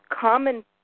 common